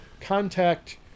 Contact